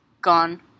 gone